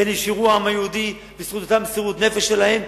ונשארו העם היהודי בזכות אותה מסירות נפש שלהם,